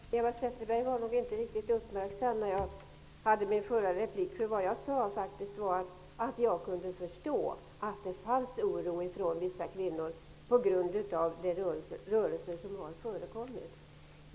Herr talman! Eva Zetterberg var nog inte riktigt uppmärksam under min förra replik. Vad jag sade var att jag kunde förstå att det fanns oro bland vissa kvinnor på grund av de rörelser som har förekommit.